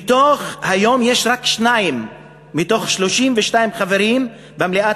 היום יש רק שניים מתוך 32 חברים במליאת